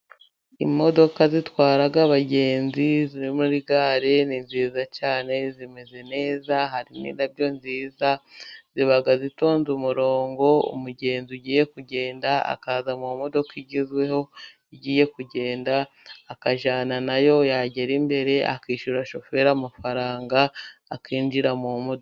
Imodoka zitwara abagenzi zi muri gare ni nziza cyane zimeze neza. Harimo indabyo nziza ziba zitonze umurongo umugenzi ugiye kugenda akaza mu modoka igezweho igiye kugenda, akajyana nayo yagera imbere akishyura shoferi amafaranga akinjira mu modoka.